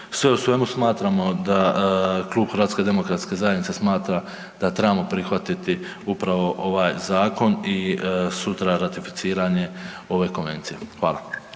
Sve u svemu smatramo da klub HDZ-a smatra da trebamo prihvatiti upravo ovaj zakon i sutra ratificiranje ove konvencije. Hvala.